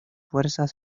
fuerzas